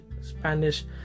Spanish